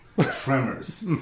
Tremors